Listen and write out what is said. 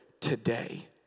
today